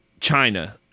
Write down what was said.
China